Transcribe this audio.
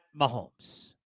Mahomes